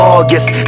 August